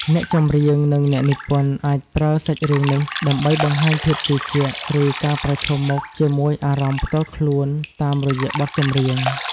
អ្នកចម្រៀង និងអ្នកនិពន្ធអាចប្រើសាច់រឿងនេះដើម្បីបង្ហាញភាពជឿជាក់ ឬការប្រឈមមុខជាមួយអារម្មណ៍ផ្ទាល់ខ្លួនតាមរយៈបទចម្រៀង។